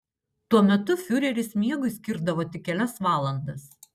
tuo metu fiureris miegui skirdavo tik kelias valandas